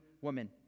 woman